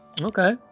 okay